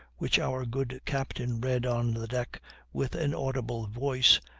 which our good captain read on the deck with an audible voice,